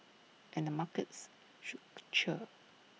and the markets should cheer